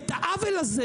את העוול הזה